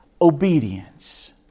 obedience